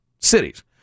cities